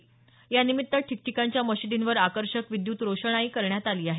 ईद ए यानिमित्त ठिकठिकाणच्या मशिदींवर आकर्षक विद्युत रोषणाई करण्यात आली आहे